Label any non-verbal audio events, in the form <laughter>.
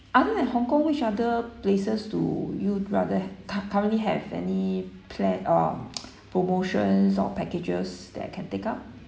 other than hong kong which other places do you rather cu~ currently have any plan um <noise> promotions or packages that I can take up